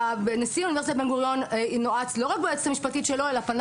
נשיא אוניברסיטת בן גוריון נועץ לא רק ביועצת המשפטית שלו אלא פנה